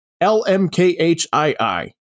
L-M-K-H-I-I